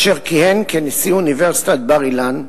אשר כיהן כנשיא אוניברסיטת בר-אילן,